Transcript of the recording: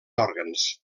òrgans